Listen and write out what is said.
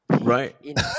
Right